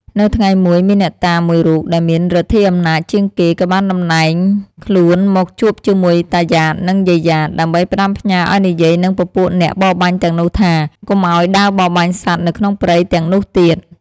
នៅថ្ងៃមួយ មានអ្នកតាមួយរូបដែលមានឬទ្ធិអំណាចជាងគេ ក៏បានតំណែងខ្លួនមកជួបជាមួយតាយ៉ាត និង យាយយ៉ាត ដើម្បីផ្ដាំផ្ញើរឱ្យនិយាយនឹងពពួកអ្នកបរបាញ់ទាំងនោះថា កុំឱ្យដើរបរបាញ់សត្វនៅក្នុងព្រៃទាំងនោះទៀត។